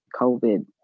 COVID